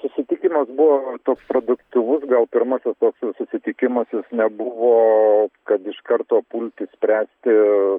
susitikimas buvo toks produktyvus gal pirmasis toks susitikimas jis nebuvo kad iš karto pulti spręsti